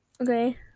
Okay